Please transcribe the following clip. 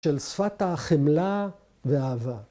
‫של שפת החמלה והאהבה.